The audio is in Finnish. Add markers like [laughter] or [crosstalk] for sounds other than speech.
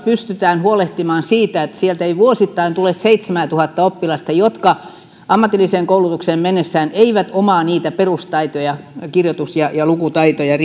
pystytään huolehtimaan siitä että sieltä ei vuosittain tule seitsemäätuhatta oppilasta jotka ammatilliseen koulutukseen mennessään eivät omaa riittävästi niitä perustaitoja kirjoitus ja ja lukutaitoja [unintelligible]